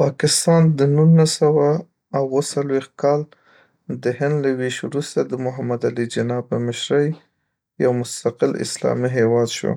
پاکستان د نولس سوه او اوه څلوېښت کال د هند له وېش وروسته د محمد علی جناح په مشرۍ یو مستقل اسلامي هېواد شو،